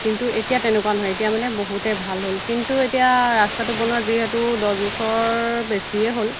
কিন্তু এতিয়া তেনেকুৱা নহয় এতিয়া মানে বহুতে ভাল হ'ল কিন্তু এতিয়া ৰাস্তাটো বনোৱা যিহেতু দহ বছৰ বেছিয়ে হ'ল